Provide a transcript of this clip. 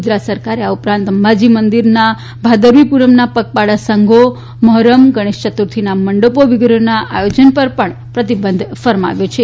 ગુજરાત સરકારે આ ઉપરાંત અંબાજી મંદીરના ભાદરવી પુનમના પગપાળા સંઘો મહોરમ ગણેશયતુર્થીના મંડપો વગેરેના આયોજન ઉપર પ્રતિબંધ ફરમાવ્યો છે